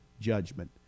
judgment